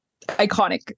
iconic